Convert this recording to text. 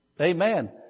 Amen